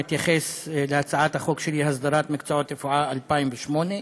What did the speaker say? מתייחס להצעת החוק שלי להסדרת מקצועות רפואה מ-2008.